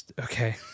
okay